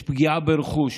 את הפגיעה ברכוש,